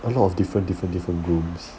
a lot of different different different grooms